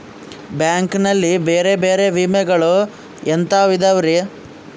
Bank ನಲ್ಲಿ ಬೇರೆ ಬೇರೆ ವಿಮೆಗಳು ಎಂತವ್ ಇದವ್ರಿ?